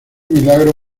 milagro